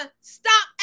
stop